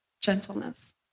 gentleness